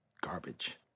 garbage